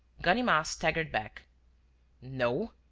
ganimard staggered back no.